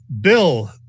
Bill